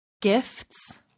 Gifts